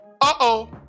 uh-oh